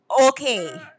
okay